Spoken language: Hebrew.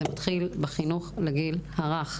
זה מתחיל בחינוך לגיל הרך,